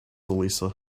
elisa